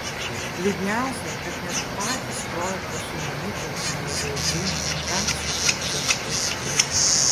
liūdniausia kad net patys projekto sumanytojai nelabai žino ką su tuo centru veiks